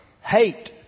hate